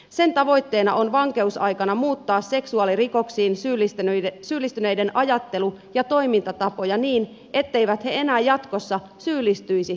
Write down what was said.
sen tavoitteena on vankeusaikana muuttaa seksuaalirikoksiin syyllistyneiden ajattelu ja toimintatapoja niin etteivät he enää jatkossa syyllistyisi seksuaalirikoksiin